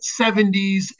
70s